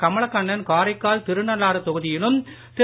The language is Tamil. கமலக்கண்ணன் காரைக்கால் திருநள்ளாறு தொகுதியிலும் திரு